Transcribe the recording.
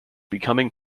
becoming